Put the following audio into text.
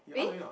eh